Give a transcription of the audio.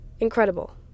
incredible